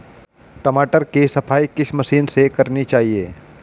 टमाटर की सफाई किस मशीन से करनी चाहिए?